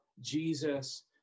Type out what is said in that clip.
Jesus